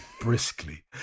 briskly